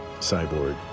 Cyborg